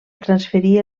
transferir